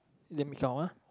let me count ah